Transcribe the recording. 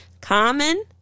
Common